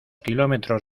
kilómetros